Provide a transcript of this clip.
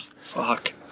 Fuck